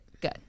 Good